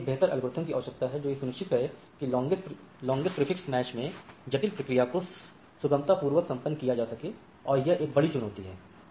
तो हमें एक बेहतर एल्गोरिथ्म की आवश्यकता है जो यह सुनिश्चित करे कि कैसे लांगेस्ट प्रीफिक्स मैच की जटिल प्रक्रिया को सुगमतापूर्वक संपन्न किया जा सके और यह एक बड़ी चुनौती है